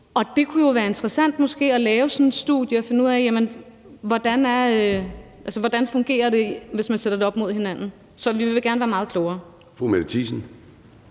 det kunne være interessant at lave sådan et studie og finde ud af, hvis man sætter det op mod hinanden, hvordan det fungerer. Så vi vil gerne være meget klogere.